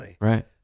Right